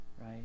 right